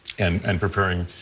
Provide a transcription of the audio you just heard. and and preparing,